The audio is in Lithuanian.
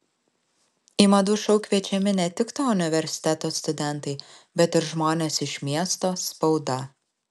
į madų šou kviečiami ne tik to universiteto studentai bet ir žmonės iš miesto spauda